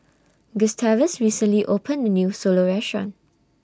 Gustavus recently opened A New Solo Restaurant